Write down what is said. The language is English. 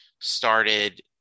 started